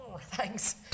Thanks